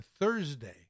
Thursday